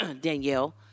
Danielle